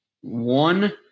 one